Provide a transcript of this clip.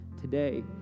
today